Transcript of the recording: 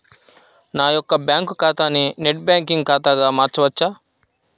నా యొక్క బ్యాంకు ఖాతాని నెట్ బ్యాంకింగ్ ఖాతాగా మార్చవచ్చా?